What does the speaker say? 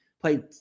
played